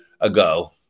ago